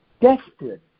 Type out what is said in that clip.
desperate